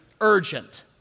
urgent